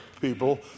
people